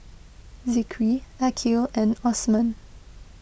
Zikri Aqil and Osman